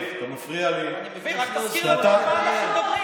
תזכיר לנו, השר, מה הנושא שהוא מציג בשם הממשלה?